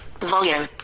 volume